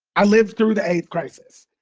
i lived through the aids crisis.